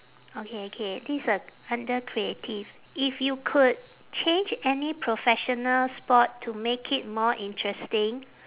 okay okay this a under creative if you could change any professional sport to make it more interesting